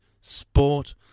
sport